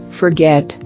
forget